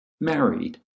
married